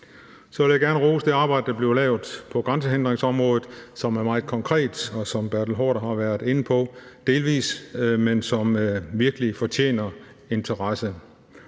Så vil jeg gerne rose det arbejde, der bliver lavet på grænsehindringsområdet, som er meget konkret, og som hr. Bertel Haarder har været inde på delvis, men som virkelig fortjener interesse.